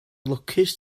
lwcus